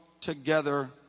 together